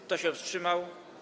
Kto się wstrzymał?